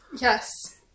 Yes